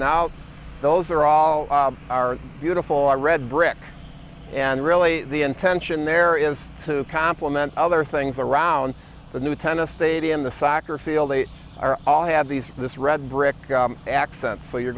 now those are all are beautiful red brick and really the intention there is to compliment other things around the new tennis stadium the soccer field they are all have these this red brick accent so you're